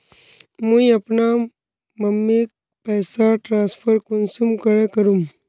मुई अपना मम्मीक पैसा ट्रांसफर कुंसम करे करूम?